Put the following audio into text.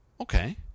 Okay